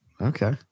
okay